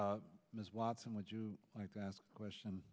you ms watson would you like to ask a question